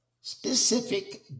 specific